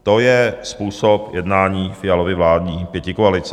To je způsob jednání Fialovy vládní pětikoalice.